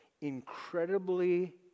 incredibly